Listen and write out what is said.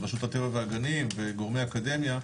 ורשות הטבע והגנים וגורמי אקדמיה,